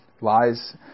lies